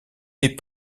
n’est